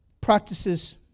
Practices